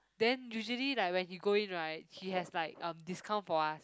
then usually like when he go in right he has like um discount for us